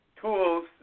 tools